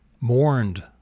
mourned